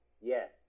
Yes